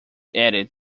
added